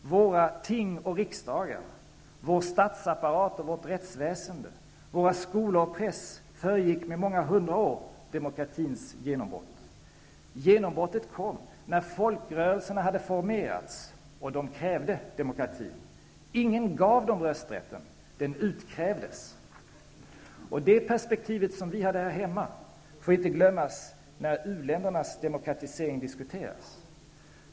Våra ting och riksdagar, vår statsapparat och vårt rättsväsende, våra skolor och vår press föregick med många hundra år demokratins genombrott. Genombrottet kom när folkrörelserna hade formerats, och de krävde demokratin. Ingen gav dem rösträtten, utan den utkrävdes. Det perspektiv som vi hade här hemma får inte glömmas när u-ländernas demokratisering diskuteras.